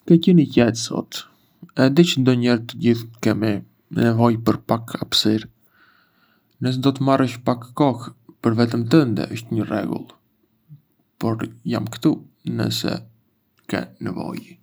Ke qenë i qetë sot... e di çë ndonjëherë të gjithë kemi nevojë për pak hapësirë. Nëse do të marrësh pak kohë për veten tënde, është në rregull, por jam këtu nëse ke nevojë.